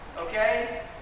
okay